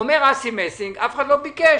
אומר אסי מסינג: אף אחד לא ביקש.